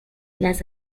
las